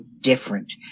different